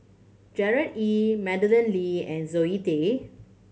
Gerard Ee Madeleine Lee and Zoe Tay